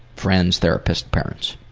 friends, therapists, parents.